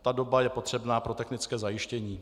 Ta doba je potřebná pro technické zajištění.